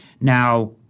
Now